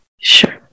Sure